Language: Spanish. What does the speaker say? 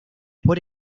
por